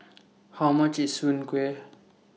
How much IS Soon Kway